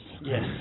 Yes